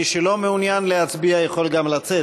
מי שלא מעוניין להצביע יכול לצאת,